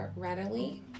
Readily